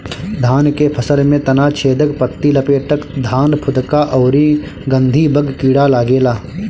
धान के फसल में तना छेदक, पत्ति लपेटक, धान फुदका अउरी गंधीबग कीड़ा लागेला